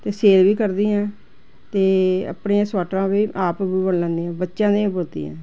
ਅਤੇ ਸੇਲ ਵੀ ਕਰਦੀ ਹਾਂ ਅਤੇ ਆਪਣੀਆਂ ਸਵੈਟਰਾਂ ਵੀ ਆਪ ਬੁਣ ਲੈਂਦੀ ਹਾਂ ਬੱਚਿਆਂ ਦੀਆਂ ਵੀ ਬੁਣਦੀ ਹਾਂ